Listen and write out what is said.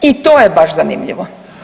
I to je baš zanimljivo.